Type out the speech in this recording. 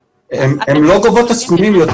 הן לא גובות את הסכומים.